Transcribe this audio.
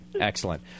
Excellent